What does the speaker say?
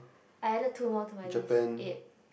I added two more to my list eight